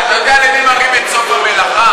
אתה יודע למי מראים את סוף המלאכה?